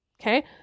Okay